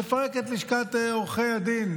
נפרק את לשכת עורכי הדין,